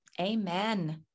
Amen